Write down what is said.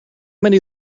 many